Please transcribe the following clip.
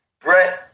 Brett